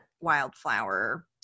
wildflower